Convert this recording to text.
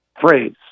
phrase